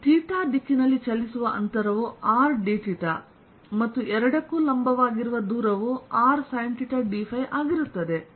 ಈ ಥೀಟಾ ದಿಕ್ಕಿನಲ್ಲಿ ಚಲಿಸುವಅಂತರವು rdθ ಮತ್ತು ಎರಡಕ್ಕೂ ಲಂಬವಾಗಿರುವ ದೂರವು r sinθ dϕ ಆಗಿರುತ್ತದೆ